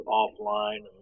offline